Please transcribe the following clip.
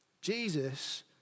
Jesus